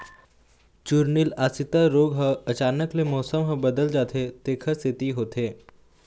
चूर्निल आसिता रोग ह अचानक ले मउसम ह बदलत जाथे तेखर सेती होथे